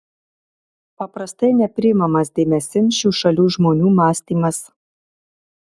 paprastai nepriimamas dėmesin šių šalių žmonių mąstymas